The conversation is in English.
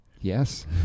Yes